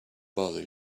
bother